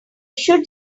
should